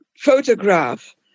photograph